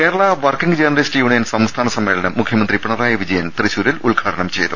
Kerala working journalist union സംസ്ഥാന സമ്മേളനം മുഖ്യ മന്ത്രി പിണറായി വിജയൻ തൃശൂരിൽ ഉദ്ഘാടനം ചെയ്തു